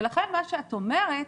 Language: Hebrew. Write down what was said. ולכן, מה שאת אומרת